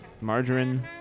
Margarine